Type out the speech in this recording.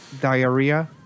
Diarrhea